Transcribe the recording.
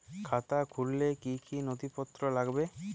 খাতা খুলতে কি কি নথিপত্র লাগবে?